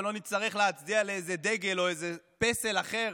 ולא נצטרך להצדיע לאיזה דגל או איזה פסל אחר.